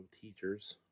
teachers